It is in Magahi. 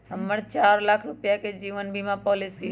हम्मर चार लाख रुपीया के जीवन बीमा पॉलिसी हई